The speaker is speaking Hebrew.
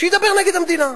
שידבר נגד המדינה.